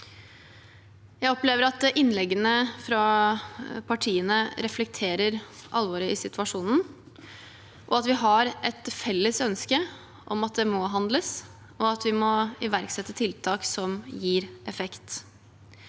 Jeg opplever at innleggene fra partiene reflekterer alvoret i situasjonen. Vi har et felles ønske om at det må handles, og at vi må iverksette tiltak som gir effekt